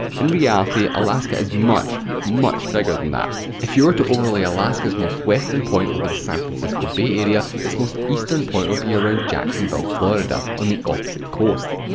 in reality, alaska is much, much bigger than that. if you were to overlay alaska's most western point over the san francisco bay area, its most eastern point would be around jacksonville, florida on the opposite coast.